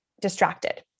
distracted